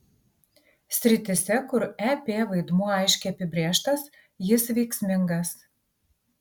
srityse kur ep vaidmuo aiškiai apibrėžtas jis veiksmingas